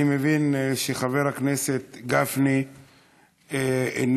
אני מבין שחבר הכנסת גפני איננו,